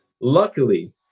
Luckily